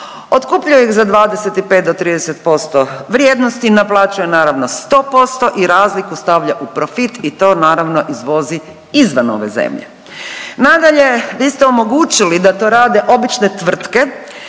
otkupljuju ih za 25 do 30% vrijednosti, naplaćuje naravno 100% i razliku stavlja u profit i to naravno izvozi izvan ove zemlje. Nadalje, vi ste omogućili da to rade obične tvrtke